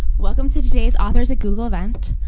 welcome to today's authors at google event.